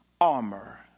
armor